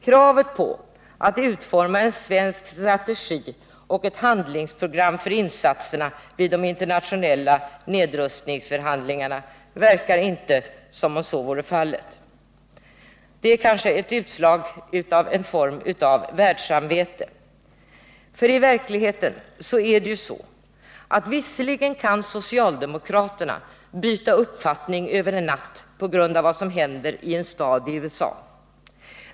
Kravet att det skall utformas en svensk strategi och ett handlingsprogram för insatserna vid de internationella nedrustningsförhandlingarna tyder inte på det. Det är kanske återigen ett utslag av det socialdemokratiska världssamvetet. : 115 I verkligheten kan visserligen socialdemokraterna byta uppfattning över en natt på grund av vad som händer i en stad i USA.